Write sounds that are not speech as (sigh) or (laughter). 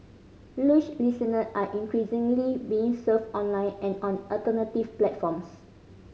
(unintelligible) listener are increasingly being served online and on alternative platforms